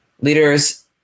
Leaders